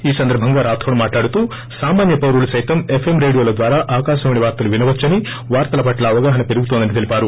ఈ సందర్భంగా రాథోడ్ మాట్లాడుతూ సామాన్య పౌరులు సైతం ఎఫ్ ఎం రేడియోల ద్వారా ఆకాశవాణి వార్తలు వినవచ్చని వార్తలపట్ల అవగాహన పెరుగుతుందని తెలిపారు